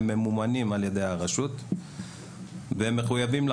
הם ממומנים על ידי הרשות הפלסטינית ומחויבים לה